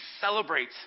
celebrate